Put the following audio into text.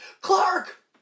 Clark